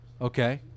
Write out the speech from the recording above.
okay